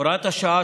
הוראת השעה,